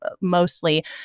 mostly